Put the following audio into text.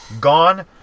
gone